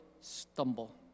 stumble